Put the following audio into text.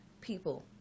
people